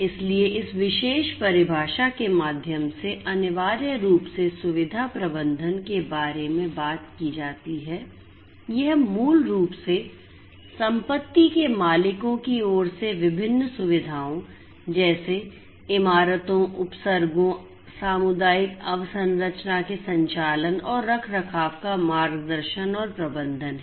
इसलिए इस विशेष परिभाषा के माध्यम से अनिवार्य रूप से सुविधा प्रबंधन के बारे में बात की जाती है यह मूल रूप से संपत्ति के मालिकों की ओर से विभिन्न सुविधाओं जैसे इमारतों उपसर्गों सामुदायिक अवसंरचना के संचालन और रखरखाव का मार्गदर्शन और प्रबंधन है